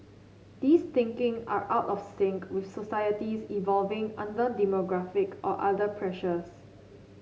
these thinking are out of sync with societies evolving under demographic or other pressures